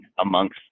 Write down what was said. amongst